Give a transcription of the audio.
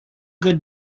good